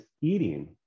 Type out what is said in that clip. eating